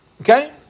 Okay